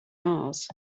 mars